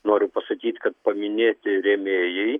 noriu pasakyt kad paminėti rėmėjai